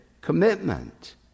commitment